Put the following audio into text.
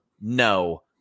No